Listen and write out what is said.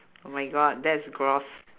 oh my god that's gross